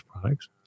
products